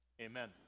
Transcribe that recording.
Amen